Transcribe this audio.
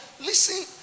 Listen